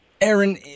Aaron